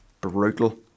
brutal